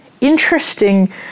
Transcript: interesting